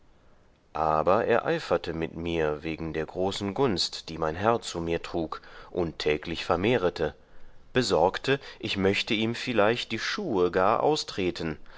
aber er eiferte mit mir wegen der großen gunst die mein herr zu mir trug und täglich vermehrete besorgte ich möchte ihm vielleicht die schuhe gar austreten